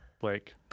Blake